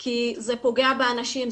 כי זה פוגע באנשים,